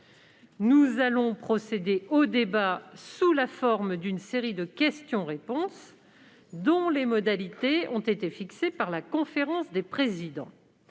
Nous allons procéder au débat sous la forme d'une série de questions-réponses, dont les modalités ont été fixées par la conférence des présidents.